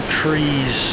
trees